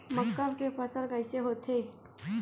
मक्का के फसल कइसे होथे?